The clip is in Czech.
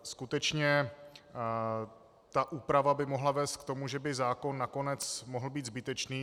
Skutečně, ta úprava by mohla vést k tomu, že by zákon nakonec mohl být zbytečný.